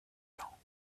ans